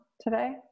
today